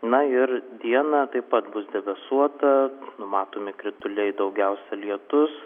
na ir dieną taip pat bus debesuota numatomi krituliai daugiausia lietus